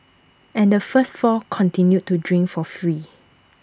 and the first four continued to drink for free